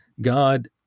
God